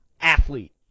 athlete